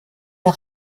der